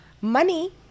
money